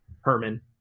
Herman